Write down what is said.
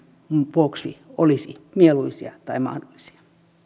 vuoksi olisi mieluisia tai mahdollisia